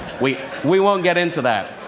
we we won't get into that.